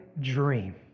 dream